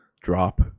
drop